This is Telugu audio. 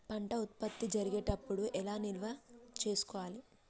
పంట ఉత్పత్తి జరిగేటప్పుడు ఎలా నిల్వ చేసుకోవాలి?